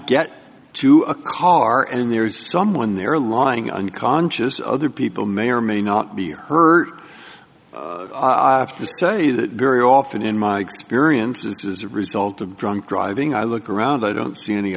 get to a car and there is someone there lying unconscious other people may or may not be hurt i have to say that very often in my experience as a result of drunk driving i look around i don't see any